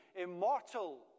Immortal